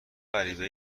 غریبه